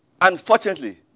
unfortunately